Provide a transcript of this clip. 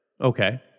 Okay